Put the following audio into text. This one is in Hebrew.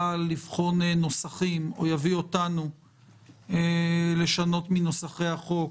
לבחון נוסחים או יביא אותנו לשנות מנוסחי החוק,